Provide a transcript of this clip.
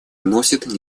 носят